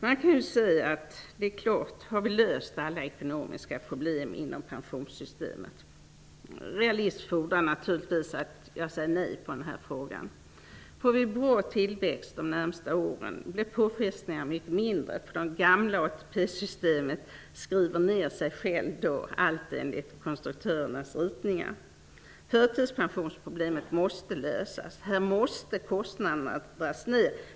Man kan fråga sig: Har vi löst alla ekonomiska problem inom pensionssystemet? Realismen fordrar naturligtvis att jag svarar nej på den frågan. Om vi får en bra tillväxt de närmaste åren blir påfrestningarna mycket mindre, eftersom det gamla ATP-systemet skriver ned sig självt -- allt enligt konstruktörernas ritningar. Förtidspensionsproblemet måste lösas; kostnaderna måste dras ned.